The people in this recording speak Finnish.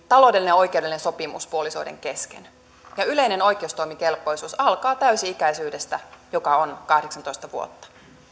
taloudellinen ja oikeudellinen sopimus puolisoiden kesken ja yleinen oikeustoimikelpoisuus alkaa täysi ikäisyydestä joka on kahdeksantoista vuotta